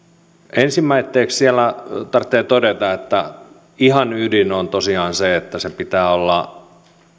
ensimmäiseksi tarvitsee todeta että ihan ydin on tosiaan se että pitää olla